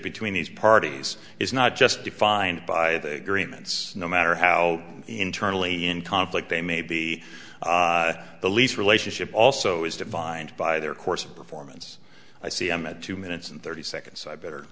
between these parties is not just defined by the agreements no matter how internally in conflict they may be the lease relationship also is defined by their course of performance i see them at two minutes and thirty seconds so i better